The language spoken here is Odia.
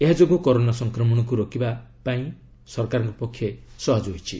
ଏହାଯୋଗୁଁ କରୋନା ସଂକ୍ରମଣକୁ ରୋକିବା ସରକାରଙ୍କ ପାଇଁ ସହଜ ହୋଇଛି